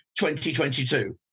2022